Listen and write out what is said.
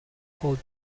hold